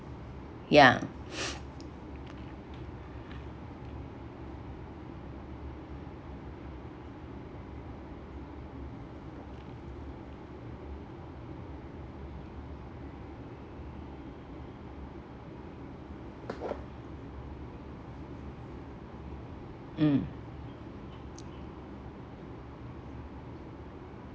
ya mm